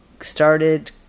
started